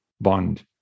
bond